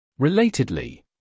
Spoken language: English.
Relatedly